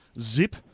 zip